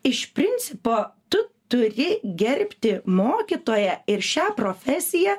iš principo tu turi gerbti mokytoją ir šią profesiją